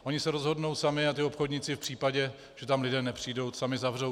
Oni se rozhodnou sami a ti obchodníci v případě, že tam lidé nepřijdou, sami zavřou.